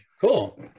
Cool